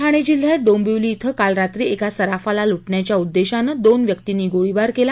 ठाणे जिल्ह्यात डोंबिवली ध्वं काल रात्री एका सराफाला लुटण्याच्या उद्देशाने दोन व्यक्तींनी गोळीबार केला